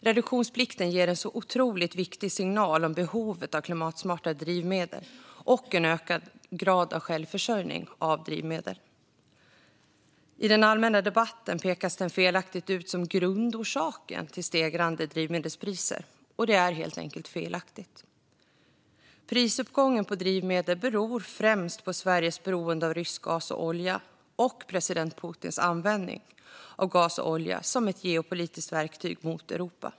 Reduktionsplikten ger en så otroligt viktig signal om behovet av klimatsmarta drivmedel och en ökad grad av självförsörjning av drivmedel. I den allmänna debatten pekas den ut som grundorsaken till de stegrande drivmedelspriserna, och det är helt enkelt felaktigt. Prisuppgången på drivmedel beror främst på Sveriges beroende av rysk gas och olja och president Putins användning av gas och olja som ett geopolitiskt verktyg mot Europa.